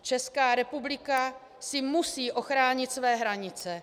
Česká republika si musí ochránit své hranice.